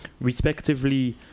respectively